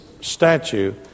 statue